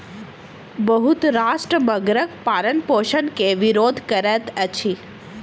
बहुत राष्ट्र मगरक पालनपोषण के विरोध करैत अछि